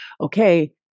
okay